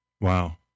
Wow